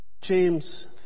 James